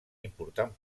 important